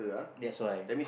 that's why